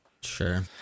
sure